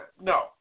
No